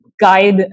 guide